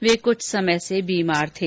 वे कुछ समय से बीमार थे